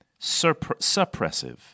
suppressive